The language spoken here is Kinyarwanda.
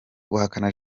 guhakana